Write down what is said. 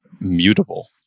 mutable